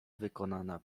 wykonana